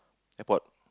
airport